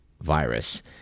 virus